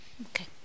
Okay